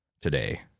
today